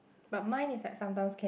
but mine is like sometimes can